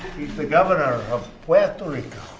he's the governor of puerto rico.